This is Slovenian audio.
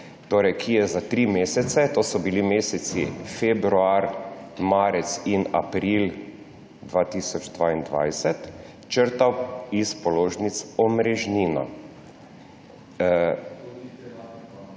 danes, ki je za tri mesece, to so bili meseci februar, marec in april 2022, črtal s položnic omrežnino. To je zgodba, ki bo